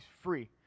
free